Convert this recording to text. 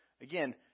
Again